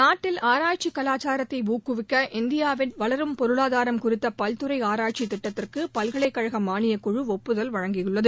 நாட்டில் ஆராய்ச்சி கவாச்சாரத்தை ஊக்குவிக்க இந்தியாவின் வளரும் பொருளாதாரம் குறித்த பல்துறை ஆராய்ச்சித் திட்டத்திற்கு பல்கலைக் கழக மானியக் குழு ஒப்புதல் அளித்துள்ளது